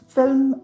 film